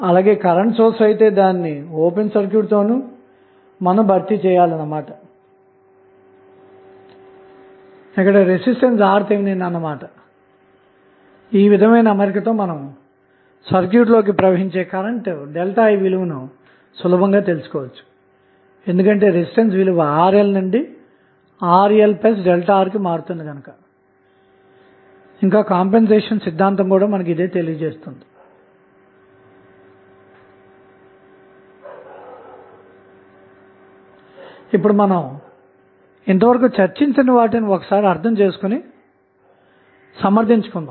అయితే resistance 1 K ohm అంతటా గల వోల్టేజ్ కూడా v0 అవ్వడమే కాకుండా సర్క్యూట్ లో గల ఆధారితమైన వోల్టేజ్ సోర్స్ యొక్క విలువను కూడా నిర్వచిస్తున్న వేరియబుల్ అయినందువలన ఈ సందర్భంలో ఏమి జరుగుతుంది